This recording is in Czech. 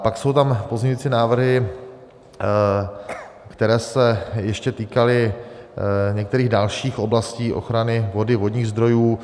Pak jsou tam pozměňující návrhy, které se ještě týkaly některých dalších oblastí ochrany vody, vodních zdrojů.